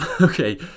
okay